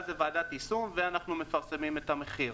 אז יש ועדת יישום ואנחנו מפרסמים את המחיר.